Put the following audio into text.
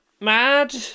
mad